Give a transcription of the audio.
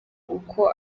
uko